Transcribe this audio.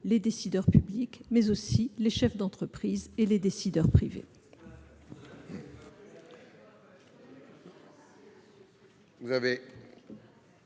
les décideurs publics, mais aussi les chefs d'entreprise et les décideurs privés.